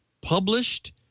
published